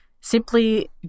Simply